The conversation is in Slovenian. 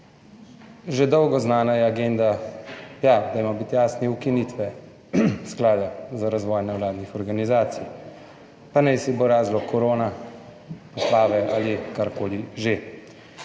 Že dolgo znana je agenda, ja, dajmo biti jasni, ukinitve sklada za razvoj nevladnih organizacij, pa naj si bo razlog korona, poplave ali karkoli že.